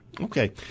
Okay